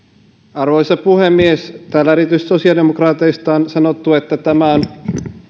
arvoisa puhemies täällä erityisesti sosiaalidemokraateista on sanottu että tämä on